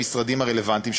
המשרדים הרלוונטיים,